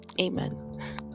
amen